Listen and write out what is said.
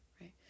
right